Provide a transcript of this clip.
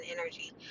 energy